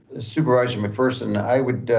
supervisor mcpherson, i would,